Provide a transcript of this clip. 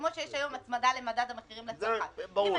כמו שיש היום הצמדה למדד המחירים לצרכן --- זה ברור לי.